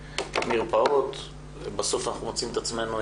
למרפאות בסוף אנחנו מוצאים את עצמו,